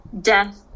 death